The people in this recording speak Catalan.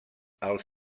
els